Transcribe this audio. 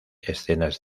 escenas